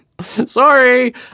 sorry